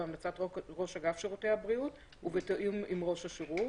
בהמלצת ראש אגף שירותי בריאות הציבור ובתיאום עם ראש השירות,